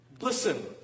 Listen